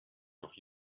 noch